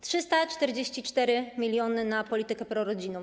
344 mln na politykę prorodzinną.